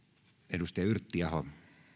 arvoisa